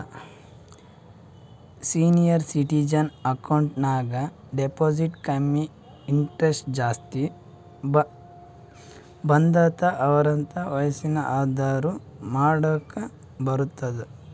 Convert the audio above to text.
senior citizen account ನಾಗ್ deposit ಕಮ್ಮಿ interest ಜಾಸ್ತಿ ಬರ್ತುದ್ ಅರ್ವತ್ತ್ ವಯಸ್ಸ್ ಆದೂರ್ ಮಾಡ್ಲಾಕ ಬರ್ತುದ್